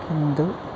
किन्तु